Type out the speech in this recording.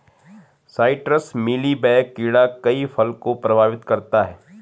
citrus mealy bug कीड़ा कई फल को प्रभावित करता है